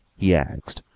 he asked,